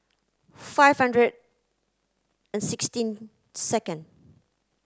five hundred and sixteen second